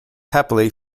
happily